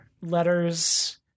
letters